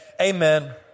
amen